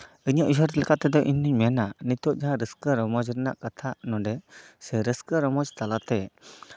ᱤᱧᱟᱹᱜ ᱩᱭᱦᱟᱹᱨ ᱞᱮᱠᱟ ᱛᱮᱫᱚ ᱤᱧ ᱫᱩᱧ ᱢᱮᱱᱟ ᱱᱤᱛᱚᱜ ᱡᱟᱦᱟᱸ ᱨᱟᱹᱥᱠᱟᱹ ᱨᱚᱢᱚᱡ ᱨᱮᱱᱟᱜ ᱠᱟᱛᱷᱟ ᱱᱚᱰᱮ ᱥᱮ ᱨᱟᱹᱥᱠᱟᱹ ᱨᱚᱢᱚᱡ ᱛᱟᱞᱟᱛᱮ